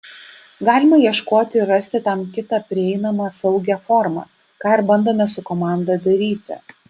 galima ieškoti ir rasti tam kitą prieinamą saugią formą ką ir bandome su komanda daryti